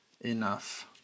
enough